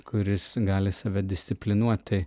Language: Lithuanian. kuris gali save disciplinuot tai